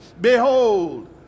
Behold